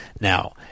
Now